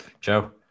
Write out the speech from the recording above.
Joe